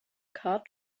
card